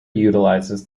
utilizes